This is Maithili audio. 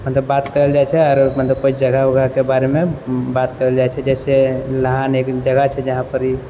मतलब बात करल जाइ छै आओरो मतलब जगह उगहके बारेमे बात करल जाइ छै जैसे लहान एक जगह छै जहाँपर